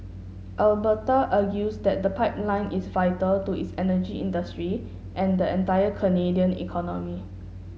Alberta argues that the pipeline is vital to its energy industry and the entire Canadian economy